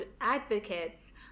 advocates